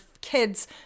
kids